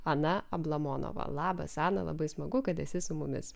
ana ablamonova labas ana labai smagu kad esi su mumis